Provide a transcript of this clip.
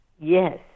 yes